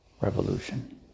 Revolution